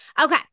Okay